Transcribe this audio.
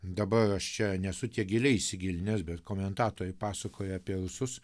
dabar aš čia nesu tiek giliai įsigilinęs bet komentatoriai pasakoja apie rusus